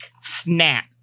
snap